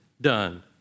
done